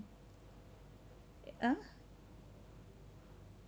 !huh!